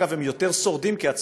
אגב, הם יותר שורדים כעצמאים,